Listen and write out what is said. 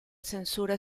censura